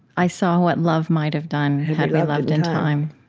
i saw what love might have done had we loved in time,